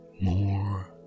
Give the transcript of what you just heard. more